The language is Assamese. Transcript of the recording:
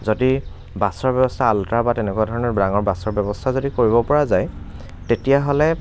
যদি বাছৰ ব্য়ৱস্থা আল্ট্ৰা বা তেনেকুৱা ধৰণৰ ডাঙৰ বাছৰ ব্য়ৱস্থা যদি কৰিব পৰা যায় তেতিয়াহ'লে